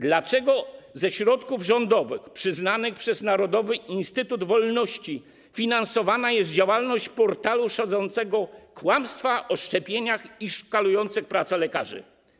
Dlaczego ze środków rządowych przyznanych przez Narodowy Instytut Wolności finansowana jest działalność portalu szerzącego kłamstwa o szczepieniach i szkalującego pracę lekarzy?